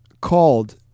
called